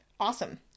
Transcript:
Awesome